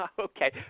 Okay